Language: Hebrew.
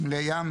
נמלי ים,